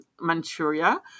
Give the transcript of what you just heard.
Manchuria